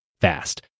fast